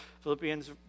Philippians